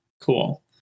cool